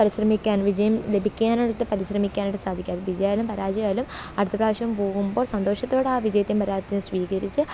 പരിശ്രമിക്കാന് വിജയം ലഭിക്കാനായിട്ട് പരിശ്രമിക്കാനായിട്ട് സാധിക്കാതെ വിജയം ആയാലും പരാജയം ആയാലും അടുത്ത പ്രാവശ്യം പോകുമ്പോൾ സന്തോഷത്തോടെ ആ വിജയത്തെയും പരാജയത്തെയും സ്വീകരിച്ച്